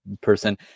person